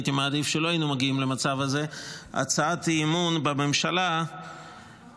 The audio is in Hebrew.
הייתי מעדיף שלא היינו מגיעים למצב הזה, הצעת אי-אמון בממשלה דווקא